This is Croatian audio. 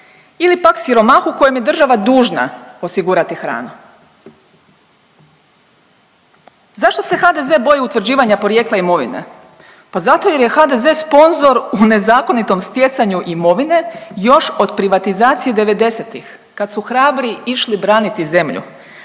ili pak siromahu kojem je država dužna osigurati hranu. Zašto se HDZ boji utvrđivanja porijekla imovine? Pa zato jer je HDZ sponzor u nezakonitom stjecanju imovine još od privatizacije devedesetih kad su hrabri išli braniti zemlju,